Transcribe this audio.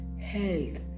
health